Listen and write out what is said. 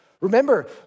Remember